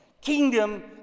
Kingdom